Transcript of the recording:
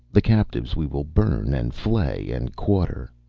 the captives we will burn and flay and quarter.